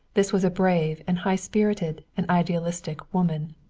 this was a brave and high-spirited and idealistic woman.